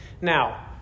now